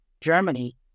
Germany